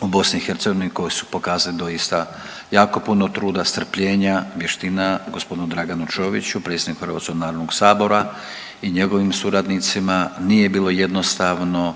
u BiH koji su pokazali doista jako puno truda, strpljenja, vještina, g. Draganu Čoviću, predstavniku Hrvatskog narodnog sabora i njegovim suradnicima nije bilo jednostavno,